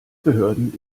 behörden